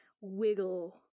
wiggle